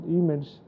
image